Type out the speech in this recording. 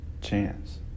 chance